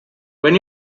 when